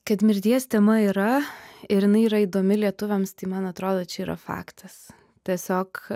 kad mirties tema yra ir jinai yra įdomi lietuviams tai man atrodo čia yra faktas tiesiog